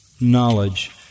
knowledge